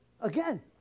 Again